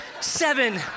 seven